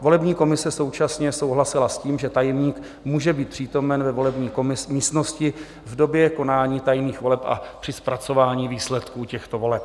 Volební komise současně souhlasila s tím, že tajemník může být přítomen ve volební místnosti v době konání tajných voleb a při zpracování výsledků těchto voleb.